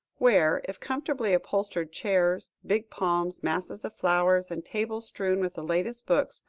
where, if comfortably upholstered chairs, big palms, masses of flowers, and tables strewn with the latest books,